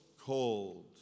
cold